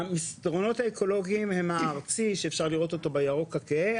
המסדרונות האקולוגיים הם הארצי שאפשר לראות אותו בירוק הכהה,